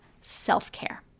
self-care